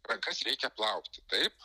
rankas reikia plauti taip